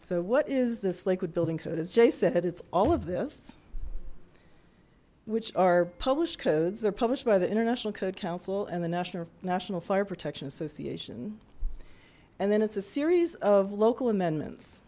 so what is this lakewood building code as jay said it's all of this which are published codes they're published by the international code council and the national national fire protection association and then it's a series of local amendments